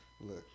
Look